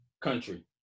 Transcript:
country